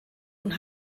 und